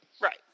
Right